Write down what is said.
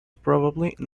probably